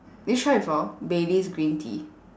did you try before baileys green tea